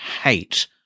hate